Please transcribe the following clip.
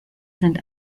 sind